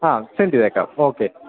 ആ സെൻഡ് ചെയ്തേക്കാം ഓക്കെ